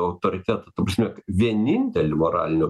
autoritetą ta prasme vienintelį moralinio